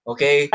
Okay